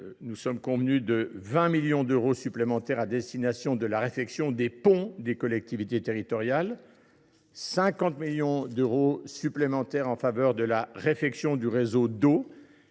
l’Assemblée nationale, 20 millions d’euros supplémentaires à destination de la réfection des ponts des collectivités territoriales et 50 millions d’euros supplémentaires en faveur de la réfection des réseaux d’eau